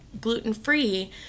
gluten-free –